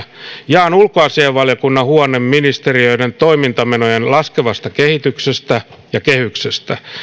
jaan ulkoasiainvaliokunnan huolen ministeriöiden toimintamenojen laskevasta kehityksestä ja kehyksestä